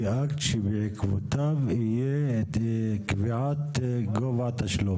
זה אקט שבעקבותיו תהיה קביעת גובה התשלום.